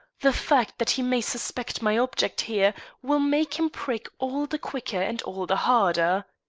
the fact that he may suspect my object here will make him prick all the quicker and all the harder.